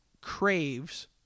craves